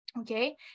Okay